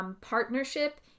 partnership